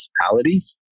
municipalities